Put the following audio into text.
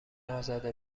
ازاده